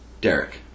Derek